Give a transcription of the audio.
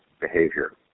behavior